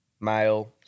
male